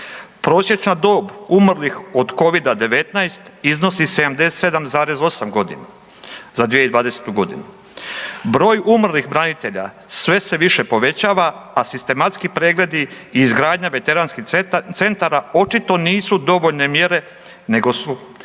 Prosječna dob umrlih od covida 19 iznosi 77,8 godina za 2020. godinu. Broj umrlih branitelja sve se više povećava, a sistematski pregledi i izgradnja veterinarskih centara očito nisu dovoljne mjere, nego se